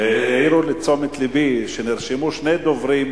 העירו לתשומת לבי שנרשמו שני דוברים